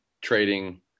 trading